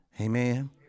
Amen